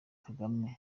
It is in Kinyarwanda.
kagame